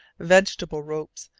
vegetable ropes,